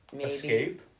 Escape